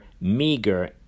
meager